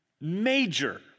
major